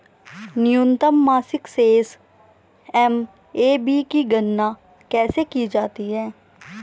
न्यूनतम मासिक शेष एम.ए.बी की गणना कैसे की जाती है?